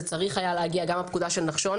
זה היה צריך להגיע, גם הפקודה של נחשון.